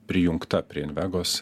prijungta prie invegos